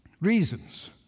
reasons